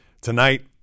Tonight